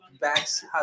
backs